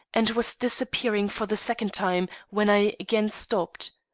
and was disappearing for the second time when i again stopped.